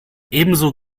ebenso